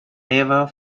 never